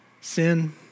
Sin